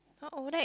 !huh! over there